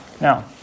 Now